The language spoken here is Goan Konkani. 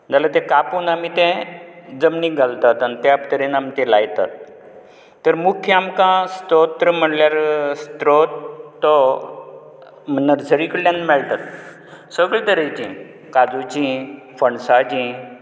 जाल्यार तें कापून आमी तें जमनीक घालतात आनी त्या तरेन आमी तें लायतात तर मुख्य आमकां स्तोत्र म्हणल्यार स्त्रोत तो नर्सरी कडल्यान मेळटा सगळे तरेचीं काजुचीं फणसाचीं